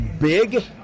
big